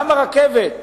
גם הרכבת,